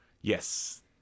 yes